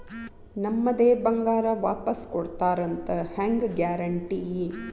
ನಮ್ಮದೇ ಬಂಗಾರ ವಾಪಸ್ ಕೊಡ್ತಾರಂತ ಹೆಂಗ್ ಗ್ಯಾರಂಟಿ?